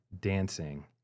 dancing